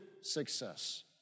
success